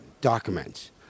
documents